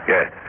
Yes